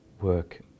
work